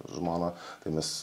žmona tai mes